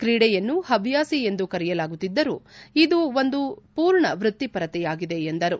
ಕ್ರೀಡೆಯನ್ನು ಹವ್ಯಾಸಿ ಎಂದು ಕರೆಯಲಾಗುತ್ತಿದ್ದರು ಇದೂ ಒಂದು ಪೂರ್ಣ ವೃತ್ತಿಪರತೆಯಾಗಿದೆ ಎಂದರು